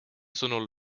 sõnul